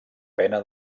pena